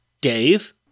Dave